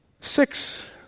Six